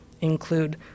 include